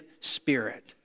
spirit